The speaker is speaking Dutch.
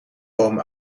boom